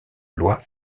loi